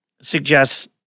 suggests